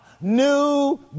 New